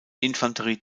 infanterie